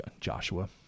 Joshua